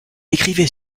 écrivait